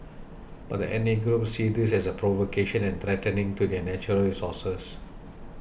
but the ethnic groups see this as provocation and threatening to their natural resources